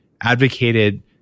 advocated